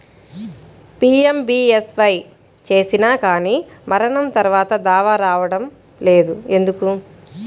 PMBSY చేసినా కానీ మరణం తర్వాత దావా రావటం లేదు ఎందుకు?